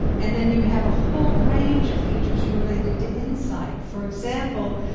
and then you have a whole range of features related to insight. for example,